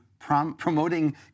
Promoting